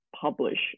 publish